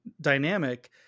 dynamic